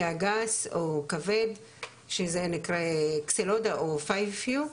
הגס או כבד שזה נקרא אקסלודה או פייב יו,